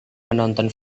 menonton